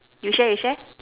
you share you share